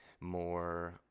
more